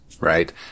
Right